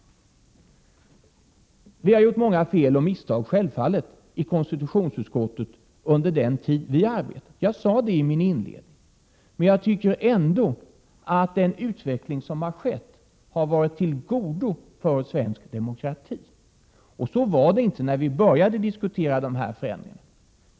Självfallet har vi gjort många fel och misstag i konstitutionsutskottet Det sade jag också i min inledning, men jag tycker ändå att den utveckling som har skett har varit till gagn för svensk demokrati: Så var det inte när vi började diskutera de här förändringarna.